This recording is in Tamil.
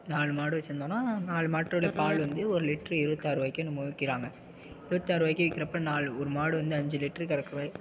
நாலு மாடு வச்சுருந்தோன்னா நாலு மாட்டோட பால் வந்து ஒரு லிட்ரு இருபத்தாறுவாய்க்கோ என்னமோ விற்கிறாங்க இருபத்தாறுவாய்க்கி விக்கிறப்போ நாலு ஒரு மாடு வந்து அஞ்சு லிட்ரு கறக்குது